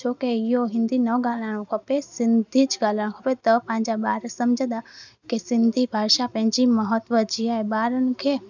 छो की इहो हिंदी न ॻाल्हाइणु खपे सिंधीच ॻाल्हाइणु खपे त पंहिंजा ॿार समुझंदा की सिंधी भाषा पंहिंजी महत्व जी आहे ॿारनि खे